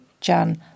Jan